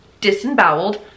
disemboweled